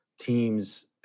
teams